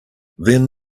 then